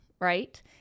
right